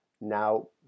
Now